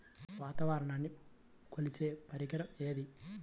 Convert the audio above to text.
వాతావరణాన్ని కొలిచే పరికరం ఏది?